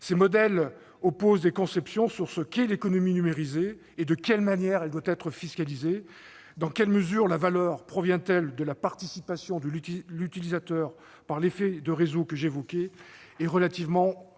Ces modèles reposent sur des conceptions opposées de l'économie numérisée et de la manière dont elle doit être fiscalisée. Dans quelle mesure la valeur provient-elle de la participation de l'utilisateur par l'effet de réseau que j'ai évoqué et relativement aux